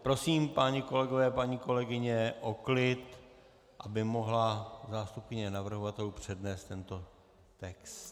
Prosím, páni kolegové, paní kolegyně, o klid, aby mohla zástupkyně navrhovatelů přednést tento text.